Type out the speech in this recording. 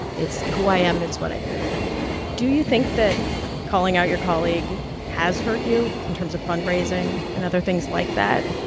it's who i am, and it's what i believe in do you think that calling out your colleague has hurt you in terms of fundraising and other things like that?